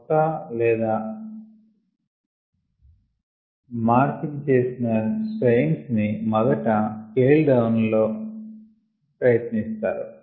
కొత్త లేదా పిర్పీది చేసిన స్ట్రయిన్స్ ని మొదట స్కేల్ డౌన్ లెవల్ లో ప్రయత్నిస్తారు